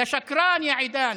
יא שקרן, יא עידן.